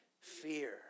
fear